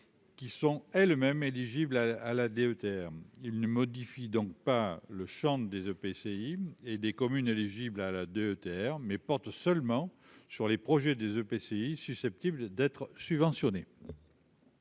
qui sont elles-mêmes éligibles à à la DETR, il ne modifie donc pas le chant des EPCI et des communes éligibles à la DETR, mais porte seulement sur les projets des EPCI susceptible d'être subventionné.